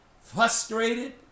frustrated